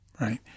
right